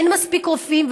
אין מספיק רופאים,